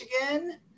Michigan